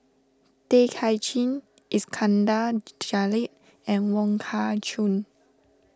Tay Kay Chin Iskandar Jalil and Wong Kah Chun